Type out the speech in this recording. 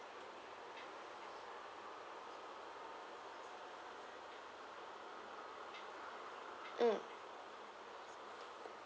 mm